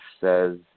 says